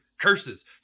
Curses